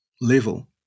level